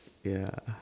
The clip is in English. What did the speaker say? ya